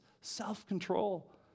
self-control